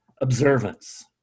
observance